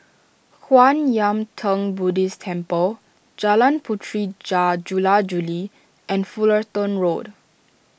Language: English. Kwan Yam theng Buddhist Temple Jalan Puteri Jar Jula Juli and Fullerton Road